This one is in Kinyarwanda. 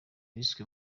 bishwe